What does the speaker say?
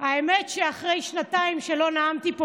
האמת היא שאחרי שנתיים שלא נאמתי פה,